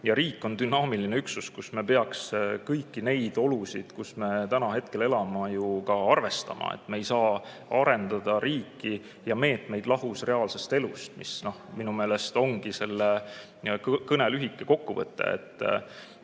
Riik on dünaamiline üksus, kus me peaks kõiki neid olusid, kus me hetkel elame, ju ka arvestama. Me ei saa arendada riiki ja meetmeid lahus reaalsest elust. See minu meelest ongi selle kõne lühike kokkuvõte.